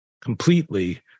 completely